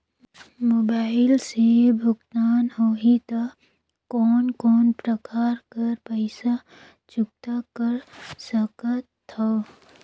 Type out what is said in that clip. Mobile से भुगतान होहि त कोन कोन प्रकार कर पईसा चुकता कर सकथव?